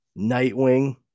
Nightwing